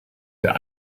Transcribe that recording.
der